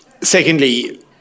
Secondly